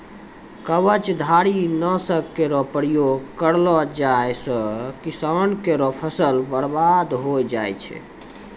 कवचधारी? नासक केरो प्रयोग करलो जाय सँ किसान केरो फसल बर्बाद होय जाय छै